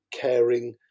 caring